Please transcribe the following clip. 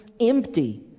empty